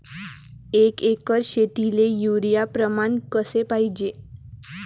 एक एकर शेतीले युरिया प्रमान कसे पाहिजे?